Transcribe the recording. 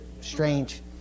strange